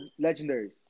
legendaries